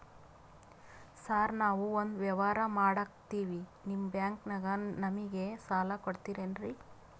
Sir ನಾವು ಒಂದು ವ್ಯವಹಾರ ಮಾಡಕ್ತಿವಿ ನಿಮ್ಮ ಬ್ಯಾಂಕನಾಗ ನಮಿಗೆ ಸಾಲ ಕೊಡ್ತಿರೇನ್ರಿ?